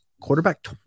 quarterback